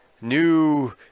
new